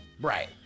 Right